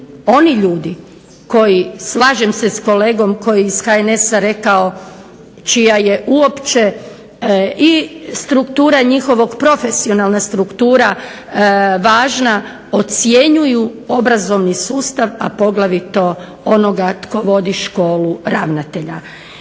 oni ljudi, slažem se sa kolegom iz HNS-a koji je rekao čija je uopće struktura njihovog, profesionalna struktura važna, ocjenjuju obrazovni sustav a poglavito onoga što vodi školu ravnatelja.